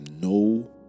no